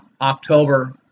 october